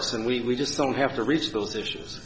us and we just don't have to reach those issues